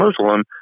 Muslim